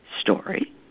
story